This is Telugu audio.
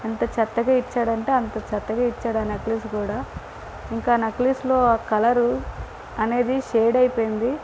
ఎంత చెత్తగా ఇచ్చాడంటే అంత చెత్తగా ఇచ్చాడా నక్లిస్ కూడా ఇంకా నక్లిస్లో ఆ కలరు అనేది షేడ్ అయిపోయింది